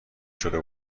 شده